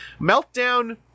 Meltdown